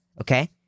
Okay